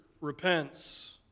repents